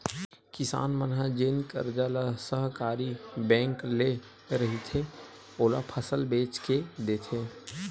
किसान मन ह जेन करजा ल सहकारी बेंक ले रहिथे, ओला फसल बेच के देथे